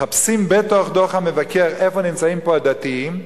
מחפשים בתוך דוח המבקר איפה נמצאים פה הדתיים,